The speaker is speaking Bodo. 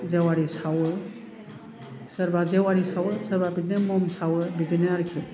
जेवारि सावो सोरबा जेवारि सावो सोरबा बिदिनो म'म सावो बिदिनो आरोखि